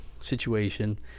situation